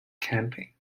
camping